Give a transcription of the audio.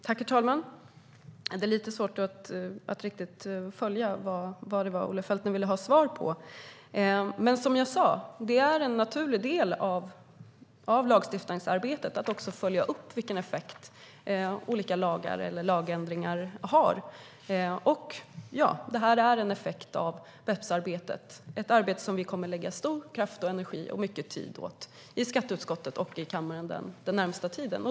Herr talman! Det är lite svårt att uttyda vad det var som Olle Felten ville ha svar på. Som jag sa är det en naturlig del av lagstiftningsarbetet att följa upp vilken effekt olika lagändringar har. Det här är en effekt av BEPS-arbetet som är ett arbete som vi kommer att lägga stor kraft och mycket tid och energi på i skatteutskottet och i kammaren den närmaste tiden.